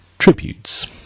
Tributes